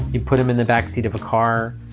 you put them in the backseat of a car.